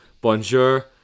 bonjour